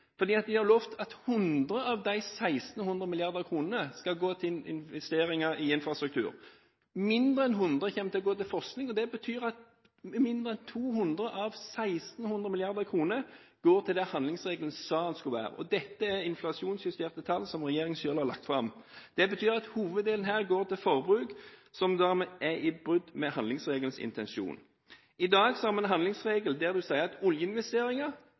de har lovt at 100 av disse 1 600 mrd. kr skal gå til investeringer i infrastruktur. Mindre enn 100 kommer til å gå til forskning, og det betyr at mindre enn 200 av 1 600 mrd. kr går til det man sa at handlingsregelen skulle gå til. Dette er inflasjonsjusterte tall som regjeringen selv har lagt fram. Det betyr at hoveddelen her går til forbruk, som dermed er i brudd med handlingsregelens intensjon. I dag har vi en handlingsregel der man sier at oljeinvesteringer